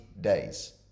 days